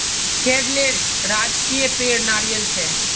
केरलेर राजकीय पेड़ नारियल छे